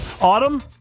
Autumn